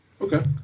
Okay